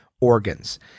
organs